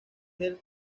del